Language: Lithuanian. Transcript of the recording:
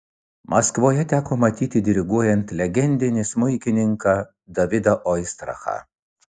maskvoje teko matyti diriguojant legendinį smuikininką davidą oistrachą